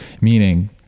Meaning